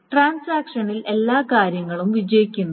ട്രാൻസാക്ഷനിൽ എല്ലാ കാര്യങ്ങളും വിജയിക്കുന്നു